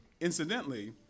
Incidentally